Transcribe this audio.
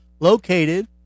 Located